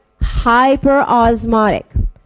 hyperosmotic